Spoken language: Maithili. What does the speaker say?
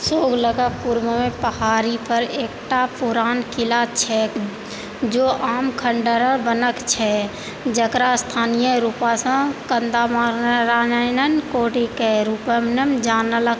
सोगलके पूर्वमे पहाड़ीपर एकटा पुरान किला छै जे आम खण्डहर बनल छै जकरा स्थानीय रूपसँ कदम्बानारायण कोटीके रूपमे जानल